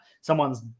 someone's